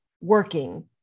working